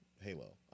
Halo